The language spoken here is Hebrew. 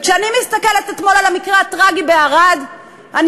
כשאני מסתכלת על המקרה הטרגי שקרה בערד אתמול,